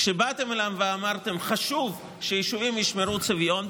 כשבאתם אליי ואמרתם שחשוב שיישובים ישמרו על צביון,